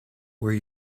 where